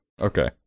okay